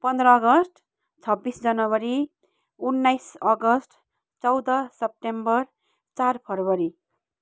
पन्ध्र अगस्त छब्बिस जनवरी उन्नाइस अगस्त चौध सेप्टेम्बर चार फरवरी